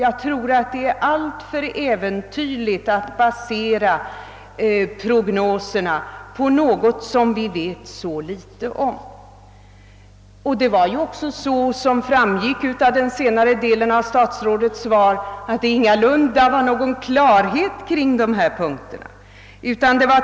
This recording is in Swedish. Det tycks mig alltför äventyrligt att basera prognoserna på något som vi vet så litet om. Såsom framgick av senare delen av statsrådets anförande råder det ingalunda någon klarhet kring dessa punkter.